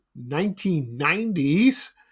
1990s